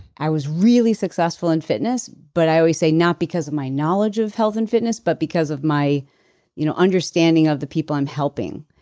i was really successful in fitness, but i always say not because of my knowledge of health and fitness but because of my you know understanding of the people i'm helping.